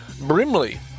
Brimley